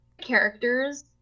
Characters